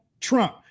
Trump